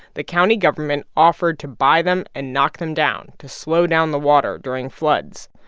the county government offered to buy them and knock them down to slow down the water during floods.